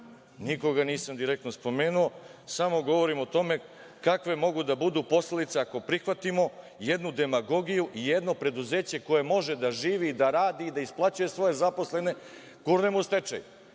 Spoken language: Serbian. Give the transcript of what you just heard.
Nikoga nisam direktno spomenuo. Samo govorim o tome kakve mogu da budu posledice ako prihvatimo jednu demagogiju i jedno preduzeće koje može da živi, da radi, da isplaćuje svoje zaposlene, gurnemo u stečaj.